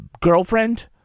girlfriend